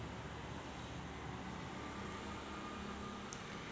यक हेक्टर कांद्यासाठी मजूराले किती पैसे द्याचे?